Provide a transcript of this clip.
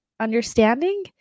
understanding